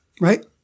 Right